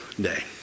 day